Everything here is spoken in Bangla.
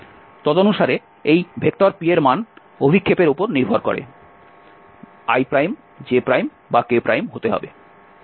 তদনুসারে এই p এর মান অভিক্ষেপের উপর নির্ভর করে i j বা k হতে হবে